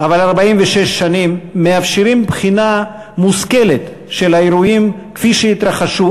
אבל 46 שנים מאפשרות בחינה מושכלת של האירועים כפי שהתרחשו